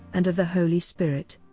and of the holy spirit.